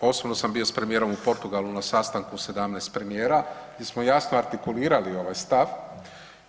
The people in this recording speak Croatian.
Osobno sam bio sa premijerom u Portugalu na sastanku 17 premijera, gdje smo jasno artikulirali ovaj stav